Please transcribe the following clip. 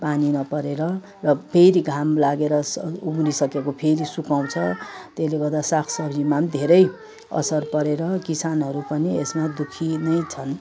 पानी नपरेर र फेरि घाम लागेर उम्रिसकेको फेरि सुकाउँछ त्यसले गर्दा सागसब्जीमा पनि धेरै असर परेर किसानहरू पनि यसमा दुखी नै छन्